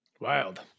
Wild